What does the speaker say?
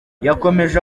yakomeje